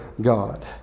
God